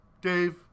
Dave